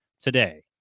today